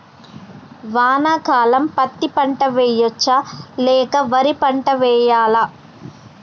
వానాకాలం పత్తి పంట వేయవచ్చ లేక వరి పంట వేయాలా?